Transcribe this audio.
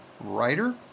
writer